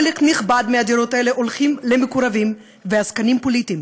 חלק נכבד מהדירות האלה הולך למקורבים ועסקנים פוליטיים